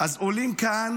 אז עולים כאן